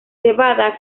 cebada